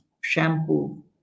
shampoo